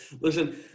Listen